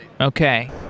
okay